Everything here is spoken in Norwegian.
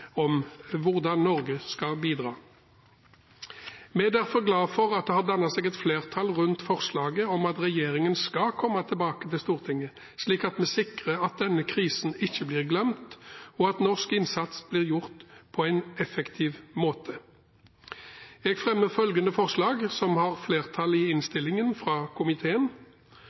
om hvordan Norge skal bidra. Vi er derfor glad for at det har dannet seg et flertall rundt forslaget om at regjeringen skal komme tilbake til Stortinget, slik at vi sikrer at denne krisen ikke blir glemt, og at norsk innsats blir gjort på en effektiv måte. Jeg viser til forslaget til vedtak i innstillingen fra komiteen,